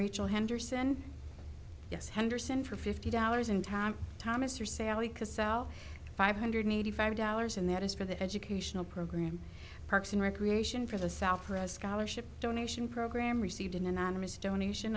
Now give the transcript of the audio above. rachel henderson yes henderson for fifty dollars in time thomas for sale he could sell five hundred eighty five dollars and that is for the educational program parks and recreation for the south for a scholarship donation program received an anonymous donation